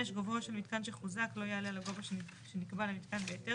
(5) גובהו של מיתקן שחוזק לא יעלה על הגובה שנקבע למיתקן בהיתר